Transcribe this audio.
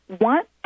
want